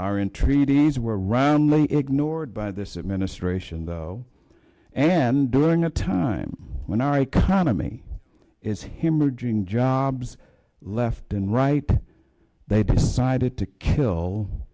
entreaties were roundly ignored by this administration though and during a time when our economy is him merging jobs left and right they decided to kill